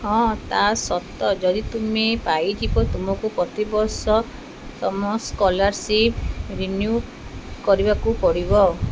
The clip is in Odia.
ହଁ ତା' ସତ ଯଦି ତୁମେ ପାଇଯିବ ତୁମକୁ ପ୍ରତିବର୍ଷ ତୁମ ସ୍କଲାର୍ ସିପ୍ ରିନ୍ୟୁ କରିବାକୁ ପଡ଼ିବ